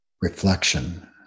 reflection